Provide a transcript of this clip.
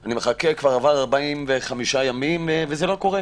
אני מחכה וכבר עברו 45 ימים וזה לא קורה.